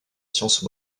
science